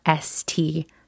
st